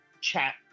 chat